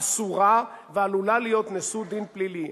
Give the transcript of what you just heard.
אסורה ועלולה להיות נשוא דין פלילי?